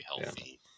healthy